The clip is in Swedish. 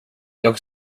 jag